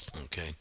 Okay